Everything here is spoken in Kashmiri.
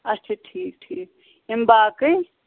اَچھا ٹھیٖک ٹھیٖک یِم باقٕے